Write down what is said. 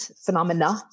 phenomena